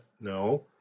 No